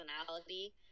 personality